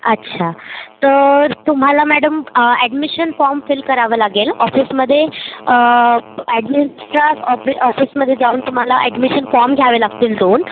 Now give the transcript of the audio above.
अच्छा तर तुम्हाला मॅडम ॲडमिशन फॉर्म फिल करावं लागेल ऑफिसमध्ये ॲडमिनच्या ऑफिस ऑफिसमध्ये जाऊन तुम्हाला ॲडमिशन फॉर्म घ्यावे लागतील दोन